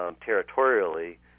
territorially